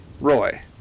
Roy